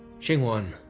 xinguang,